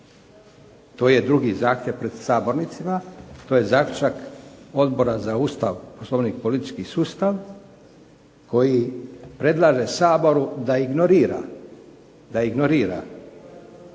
To je drugi zahtjev pred sabornicima, to je zaključak Odbora za Ustav, Poslovnik i politički sustav koji predlaže Saboru da ignorira 16%,